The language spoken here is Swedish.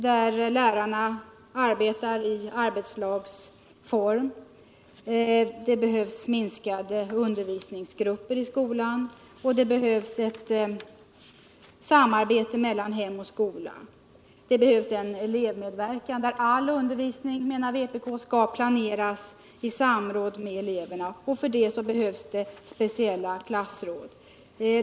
och lärarna skall arbeta i arbetslagsform. Det behövs minskade undervisningsgrupper i skolan, eu samarbete mellan hem och skola. en clevmed verkan där all undervisning skall planeras i samråd med eleverna, och för det behövs speciella klassråd.